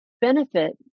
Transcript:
benefit